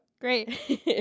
Great